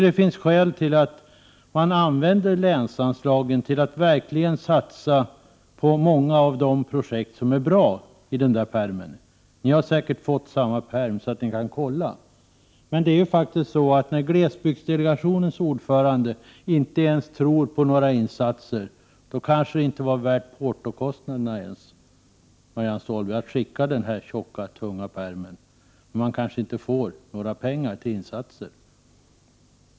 Det finns skäl att använda länsanslagen till att satsa på många av de bra projekten i den pärmen. Ni har säkert fått varsin likadan pärm, så att ni kan se vilka förslag som finns. Men när inte ens glesbygdsdelegationens ordförande tror på några insatser, då kanske det inte var värt portokostnaden ens att skicka denna tjocka, tunga pärm, Marianne Stålberg. De kanske inte får några pengar till åtgärder.